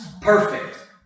Perfect